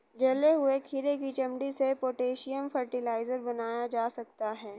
जले हुए खीरे की चमड़ी से पोटेशियम फ़र्टिलाइज़र बनाया जा सकता है